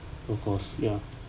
of course ya